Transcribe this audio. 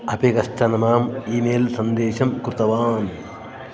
अपि कश्चन माम् ई मेल् सन्देशं कृतवान्